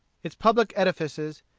its public edifices,